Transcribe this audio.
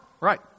right